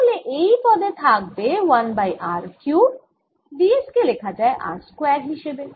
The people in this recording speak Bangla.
তাহলে এই পদে থাকবে 1 বাই r কিউব ds কে লেখা যায় r স্কয়ার হিসেবে